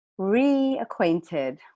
reacquainted